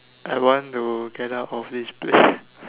I want to get our of this place